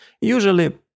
Usually